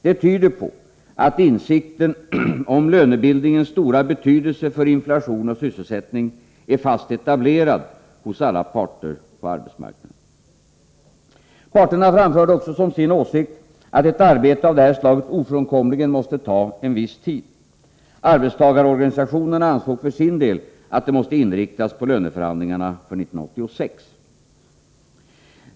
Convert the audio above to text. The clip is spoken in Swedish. Det tyder på att insikten om lönebildningens stora betydelse för inflation och sysselsättning är fast etablerad hos alla parter på arbetsmarknaden. Parterna framförde också sin åsikt att ett arbete av det här slaget ofrånkomligen måste ta en viss tid. Arbetstagarorganisationerna ansåg för sin del att arbetet måste inriktas på löneförhandlingarna för 1986.